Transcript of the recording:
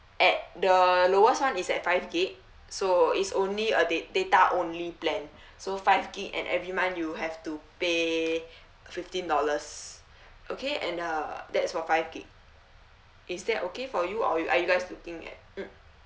at the lowest one is at five gig so it's only a date data only plan so five gig and every month you have to pay fifteen dollars okay and uh that's for five gig is that okay for you or you are you guys looking at mm